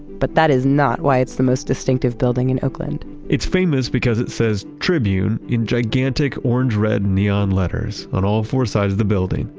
but that is not why it's the most distinctive building in oakland it's famous because it says tribune in gigantic orange red neon letters on all four sides of the building,